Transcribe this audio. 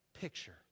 picture